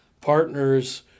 partners